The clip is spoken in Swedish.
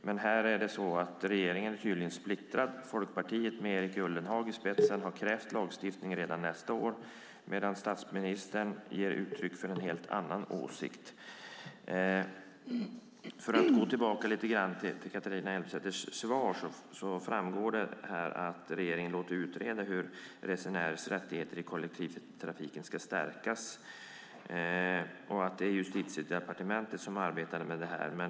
Men här är regeringen tydligen splittrad, Folkpartiet med Erik Ullenhag i spetsen har krävt lagstiftning redan nästa år medan statsministern ger uttryck för en helt annan åsikt. Jag ska gå tillbaka lite grann till Catharina Elmsäter-Svärds svar. Där framgår att regeringen låter utreda hur resenärers rättigheter i kollektivtrafiken ska stärkas och att det är Justitiedepartementet som arbetar med det.